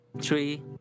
three